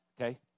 Okay